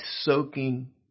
soaking